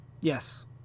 yes